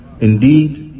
indeed